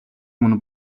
өмнө